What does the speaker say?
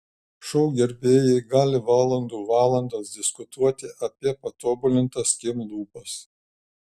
šou gerbėjai gali valandų valandas diskutuoti apie patobulintas kim lūpas